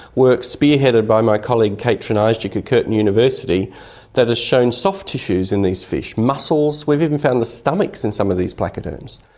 work spearheaded by my colleague kate trinajstic at curtin university that has shown soft tissues in these fish, muscles, we've even found the stomachs in some of these placoderms.